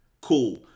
Cool